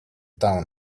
town